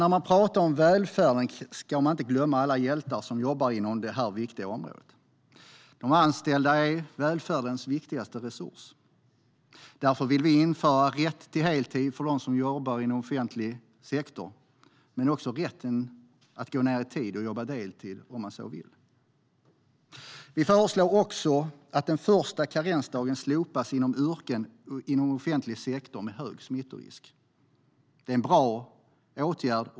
När man talar om välfärden ska man inte glömma alla hjältar som jobbar inom detta viktiga område. De anställda är välfärdens viktigaste resurs. Därför vill vi införa rätt till heltid för dem som jobbar inom offentlig sektor. Men vi vill också införa rätt för dem att gå ned i tid och jobba deltid. Vi föreslår också att den första karensdagen slopas inom yrken med stor smittorisk inom offentlig sektor. Det är en bra åtgärd.